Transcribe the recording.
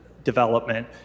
development